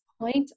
point